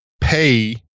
pay